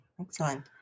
Excellent